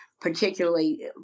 particularly